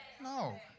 No